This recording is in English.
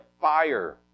fire